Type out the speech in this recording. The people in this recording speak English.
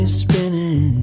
spinning